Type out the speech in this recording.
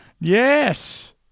Yes